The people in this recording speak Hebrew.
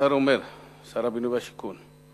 שר הבינוי והשיכון אומר: